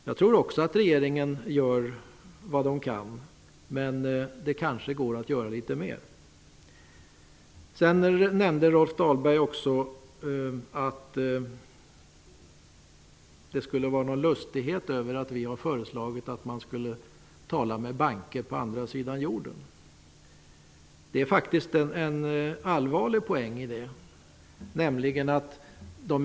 Jag tror också att regeringen gör vad den kan, men det går kanske att göra litet mera. Rolf Dahlberg sade att det skulle vara något lustigt med vårt förslag om att man skall tala med banker på andra sidan jorden. Men det finns faktiskt en allvarligt menad poäng när det gäller detta vårt förslag.